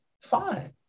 fine